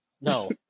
no